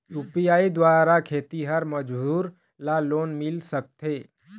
UPI द्वारा खेतीहर मजदूर ला लोन मिल सकथे?